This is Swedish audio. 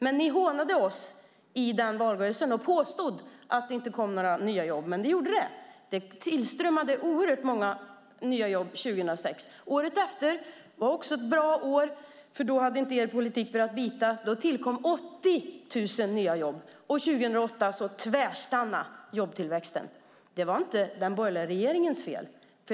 Men ni hånade oss i den valrörelsen och påstod att det inte kom några nya jobb, men det gjorde det. Det tillströmmade oerhört många nya jobb 2006. Året efter var också ett bra år, för då hade inte er politik börjat bita. Då tillkom 80 000 nya jobb. År 2008 tvärstannade jobbtillväxten. Det var inte den borgerliga regeringens fel.